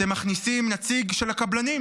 אתם מכניסים נציג של הקבלנים,